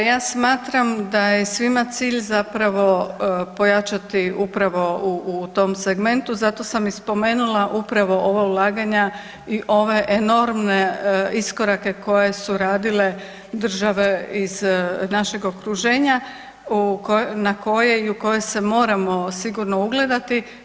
Pa ja smatram da je svima cilj pojačati upravo u tom segmentu, zato sam i spomenula upravo ova ulaganja i ove enormne iskorake koje su radile države iz našeg okruženja na koje i u koje se moramo sigurno ugledati.